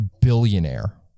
billionaire